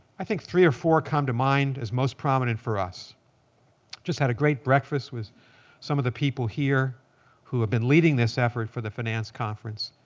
i think three or four come to mind as most prominent for us just had a great breakfast with some of the people here who have been leading this effort for the finance conference.